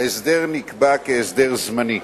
ההסדר נקבע כהסדר זמני.